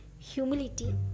Humility